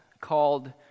called